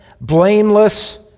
blameless